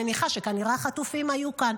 אני מניחה שכנראה החטופים היו כאן,